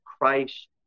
Christ